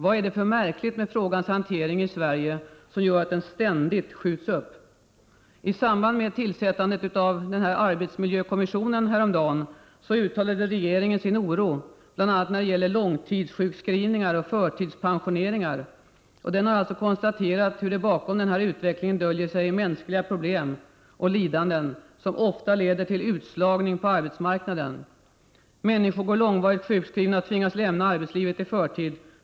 Vad är det för märkligt med frågans hantering i Sverige som gör att en lösning ständigt skjuts upp? Regeringen uttalade häromdagen i samband med tillsättandet av arbetsmiljökommissionen sin oro bl.a. för långtidssjukskrivningar och förtidspensioneringar. Man har alltså konstaterat att det bakom den här utvecklingen döljer sig mänskliga problem och lidanden som ofta leder till utslagning på arbetsmarknaden. Människor går långvarigt sjukskrivna och tvingas lämna arbetslivet i förtid.